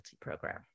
Program